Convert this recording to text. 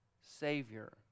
Savior